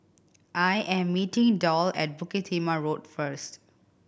I am meeting Doll at Bukit Timah Road first